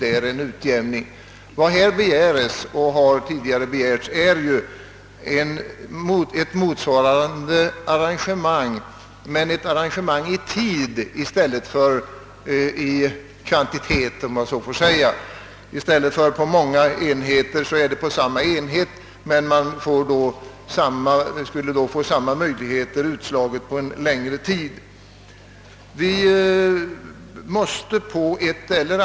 Vad som tidigare begärts och nu föreslås är ett motsvarande arrangemang, dock baserat på tid i stället för på antalet båtar. I stäl let för att utjämna emellan många enheter bleve det en enda, för vilken man skulle få enahanda möjligheter till utjämning mellan olika tidsperioder.